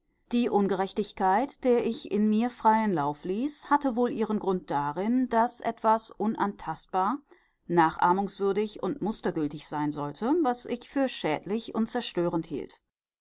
die ungerechtigkeit der ich in mir freien lauf ließ hatte wohl ihren grund darin daß etwas unantastbar nachahmungswürdig und mustergültig sein sollte was ich für schädlich und zerstörend hielt